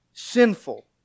Sinful